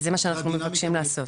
זה מה שאנחנו מבקשים לעשות.